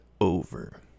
over